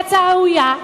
שהיא הצעה ראויה,